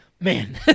Man